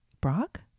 brock